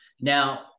Now